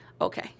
Okay